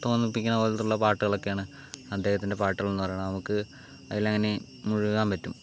തോന്നിപ്പിക്കുന്ന പോലെയുള്ള പാട്ടുകൾ ഒക്കെയാണ് അദ്ദേഹത്തിൻ്റെ പാട്ടുകൾ എന്നുപറയുന്നത് നമുക്ക് അതിൽ അങ്ങനെ മുഴുകാൻ പറ്റും